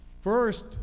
First